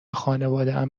خانوادهام